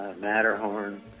Matterhorn